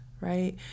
Right